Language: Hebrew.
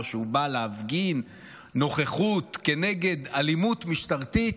כשהוא בא להפגין נוכחות כנגד אלימות משטרתית?